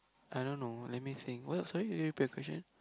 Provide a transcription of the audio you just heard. I don't know let me think what sorry can you repeat the question